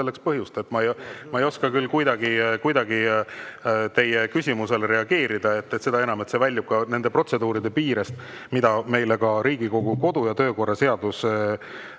Ma ei oska küll kuidagi teie küsimusele reageerida, seda enam, et see väljub ka nende protseduuride piiridest, mille meile Riigikogu kodu- ja töökorra seadus on